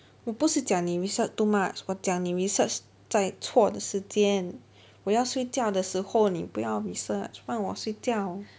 我不是讲你 research too much 我讲你 research 在错的时间我要睡觉的时候你不要 research 让我睡觉